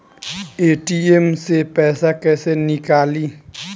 ATM से पैसा कैसे नीकली?